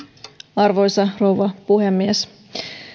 arvoisa rouva puhemies